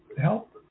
Help